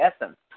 essence